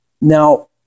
Now